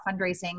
fundraising